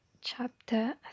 Chapter